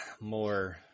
more